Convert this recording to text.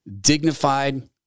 dignified